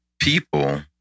People